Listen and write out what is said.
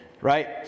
right